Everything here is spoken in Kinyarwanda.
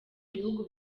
bihugu